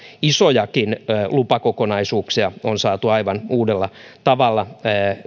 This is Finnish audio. isojakin lupakokonaisuuksia on monessa paikassa saatu aivan uudella tavalla